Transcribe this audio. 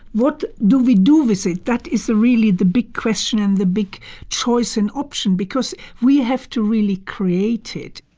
what do we do with it? that is really the big question and the big choice and option because we have to really create it